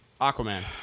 Aquaman